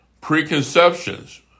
preconceptions